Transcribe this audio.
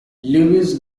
lewis